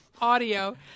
audio